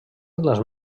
les